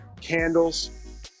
candles